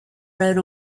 rode